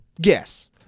Guess